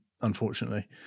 unfortunately